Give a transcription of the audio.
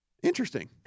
Interesting